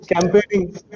campaigning